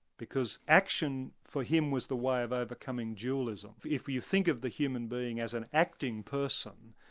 because action for him, was the way of overcoming dualism. if you think of the human being as an acting person,